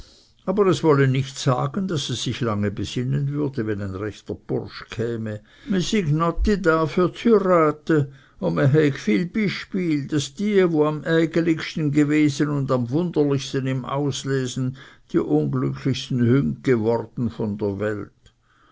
aber es wolle nicht sagen daß es sich lange besinnen würde wenn ein rechter bursch käme mi syg notti da für z'hürate und mi heyg viel byspiel daß die wo am eigeligsten gewesen und am wunderlichsten im auslesen die unglücklichsten hüng geworden von der welt